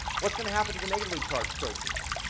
what's going to happen to the negatively charged proteins?